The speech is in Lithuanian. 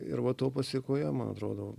ir va to pasėkoje man atrodo